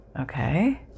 Okay